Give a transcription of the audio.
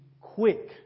quick